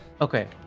Okay